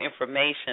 information